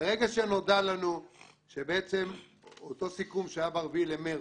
אותו סיכום שהיה ב-4 במרץ,